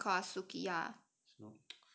what is the name called ah sukiya ah